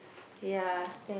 ya